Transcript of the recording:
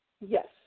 Yes